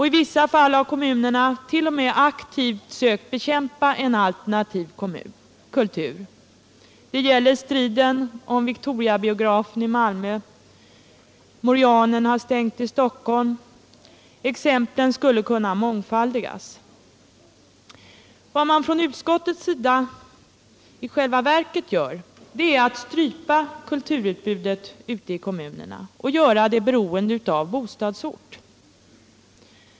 I vissa fall har kommunerna t.o.m. aktivt sökt bekämpa en alternativ kultur — det gäller striden om Victoriabiografen i Malmö — och Morianen i Stockholm har stängts. Exemplen skulle kunna mångfaldigas. Vad man från utskottets sida i själva verket gör är att strypa kulturutbudet ute i kommunerna och göra det beroende av bostadsort.